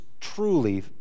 truly